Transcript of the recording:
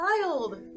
child